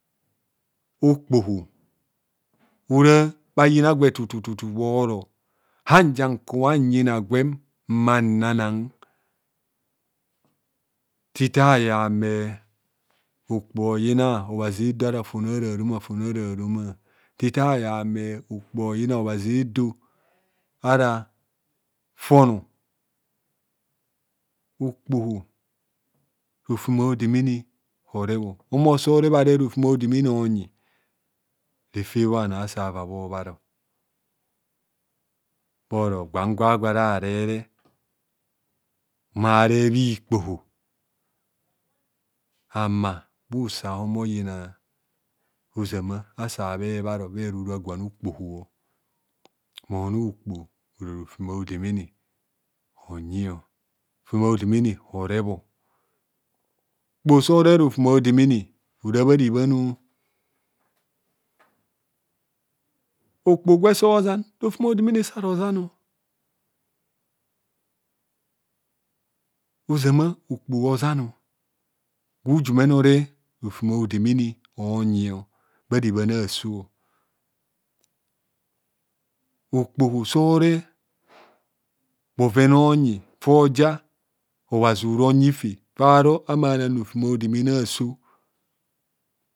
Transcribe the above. . Okpoho ora bhayina gwe tututu bhoro auja nkubho nyina gwen mman nana tita ye ame okpoho oyina obhazi edo ara fon a'romaroma fon a'romaroma tita ye ame obhazi edo ara fono okpoho rofem a'odemene orebho mmoso rebhareb rofem a' odemene onyi refe bho bhanor asa va bho bharo gwan gwo ara rere mma re bhikpoho. ama bhusa omoyina ozama asa bhebharo bhero ora gwan okpoho mona okpoho ora rofem a'odemene onyio rofem a'odemene orebho okpoho so reb rofem a'odemene ora bha rebhanoo okpo gwe so zan rofem odemene sa rozanor ozama okpo ozan gwa ujumene oreb rofem a'odemene onyi bharebhan a'so okpoho so reb bhoven onyi foja obhazi ora onyife faro ahumo anan rofem a'odemene aso.